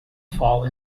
fall